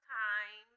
time